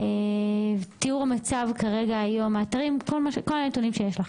תיאור המצב היום כל הנתונים שיש לך.